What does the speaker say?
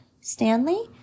Stanley